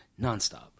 nonstop